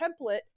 template